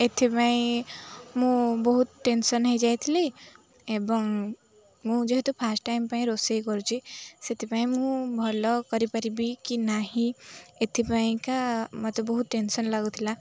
ଏଥିପାଇଁ ମୁଁ ବହୁତ ଟେନସନ୍ ହେଇଯାଇଥିଲି ଏବଂ ମୁଁ ଯେହେତୁ ଫାଷ୍ଟ ଟାଇମ୍ ପାଇଁ ରୋଷେଇ କରୁଛି ସେଥିପାଇଁ ମୁଁ ଭଲ କରିପାରିବି କି ନାହିଁ ଏଥିପାଇଁକା ମୋତେ ବହୁତ ଟେନସନ୍ ଲାଗୁଥିଲା